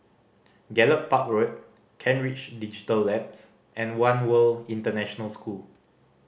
Gallop Park Road Kent Ridge Digital Labs and One World International School